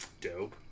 Dope